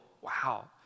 wow